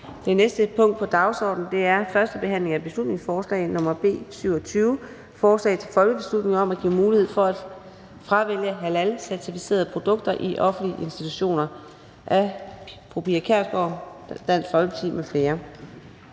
Det næste punkt på dagsordenen er: 24) 1. behandling af beslutningsforslag nr. B 27: Forslag til folketingsbeslutning om at give mulighed for at fravælge halalcertificerede produkter i offentlige institutioner. Af Pia Kjærsgaard (DF) m.fl.